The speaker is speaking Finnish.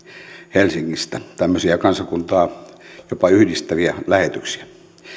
helsingistä tämmöisiä jopa kansakuntaa yhdistäviä lähetyksiä